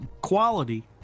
quality